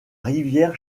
rivière